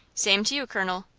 same to you, colonel,